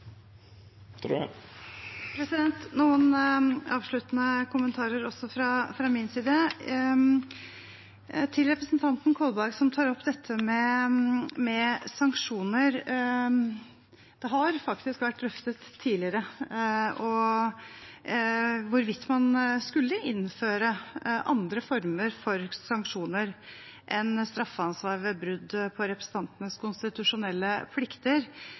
Noen avsluttende kommentarer også fra min side. Til representanten Kolberg, som tar opp dette med sanksjoner: Det har faktisk vært drøftet tidligere hvorvidt man skulle innføre andre former for sanksjoner enn straffansvar ved brudd på representantenes konstitusjonelle plikter.